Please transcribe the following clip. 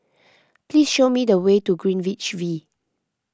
please show me the way to Greenwich V